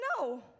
No